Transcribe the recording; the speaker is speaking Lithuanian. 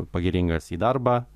pagiringas į darbą